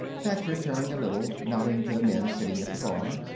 thacher turned a little, nodding to the men sitting at the bar.